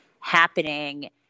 happening